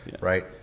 right